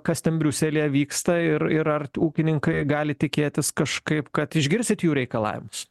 kas ten briuselyje vyksta ir ir ar ūkininkai gali tikėtis kažkaip kad išgirsit jų reikalavimus